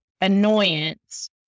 annoyance